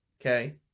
Okay